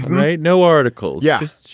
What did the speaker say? right. no article yes.